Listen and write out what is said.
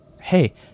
Hey